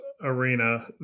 arena